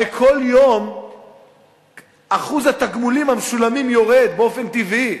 הרי כל יום אחוז התגמולים המשולמים יורד באופן טבעי,